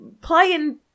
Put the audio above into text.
playing